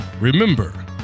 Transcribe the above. remember